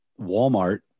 Walmart